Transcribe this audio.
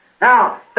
Now